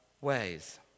ways